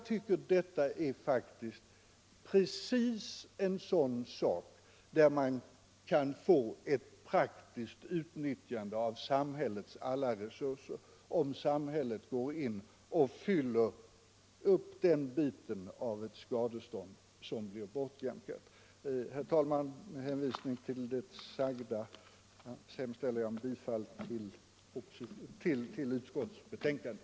Att samhället går in och fyller upp den bit av ett skadestånd som blir bortjämkad är just ett sådant praktiskt utnyttjande av samhällets resurser.